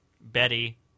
Betty